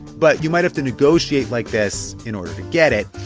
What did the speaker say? but you might have to negotiate like this in order to get it.